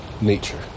nature